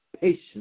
patience